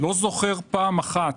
לא זוכר פעם אחת,